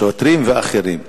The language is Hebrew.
שוטרים ואחרים.